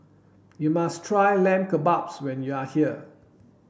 you must try Lamb Kebabs when you are here